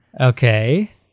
Okay